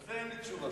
על זה אין לי תשובה.